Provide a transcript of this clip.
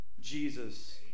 Jesus